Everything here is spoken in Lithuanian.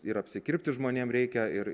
ir apsikirpti žmonėm reikia ir